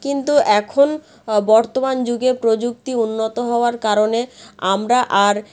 কিন্তু এখন বর্তমান যুগে প্রযুক্তি উন্নত হওয়ার কারণে আমরা আর